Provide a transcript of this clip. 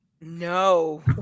No